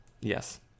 Yes